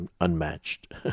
unmatched